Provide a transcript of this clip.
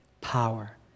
power